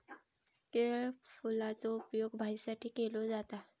केळफुलाचो उपयोग भाजीसाठी केलो जाता